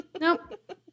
nope